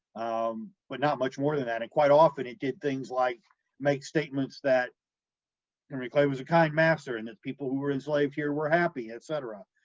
um, but not much more than that, and quite often it did things like make statements that henry clay was a kind master and that people who were enslaved here were happy, etc.